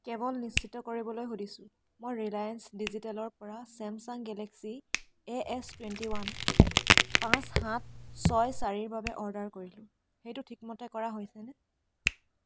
কেৱল নিশ্চিত কৰিবলৈ সুধিছোঁ মই ৰিলায়েন্স ডিজিটেলৰপৰা Samsung Galaxy A S twenty one পাঁচ সাত ছয় চাৰিৰ বাবে অৰ্ডাৰ কৰিলোঁ সেইটো ঠিকমতে কৰা হৈছেনে